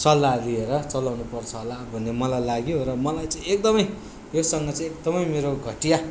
सल्लाह लिएर चलाउनुपर्छ होला भन्ने मलाई लाग्यो र मलाई चाहिँ एकदमै योसँग चाहिँ एकदमै मेरो घटिया